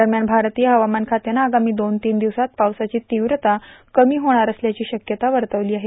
दरम्यान भारतीय हवामान खात्यानं आगामी दोन तीन दिवसात पावसाची तीव्रता कमी होणार असल्याची शक्यता वर्तवली आहे